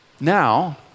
Now